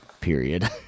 Period